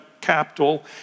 capital